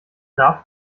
darf